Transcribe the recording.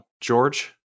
George